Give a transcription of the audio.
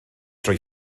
drwy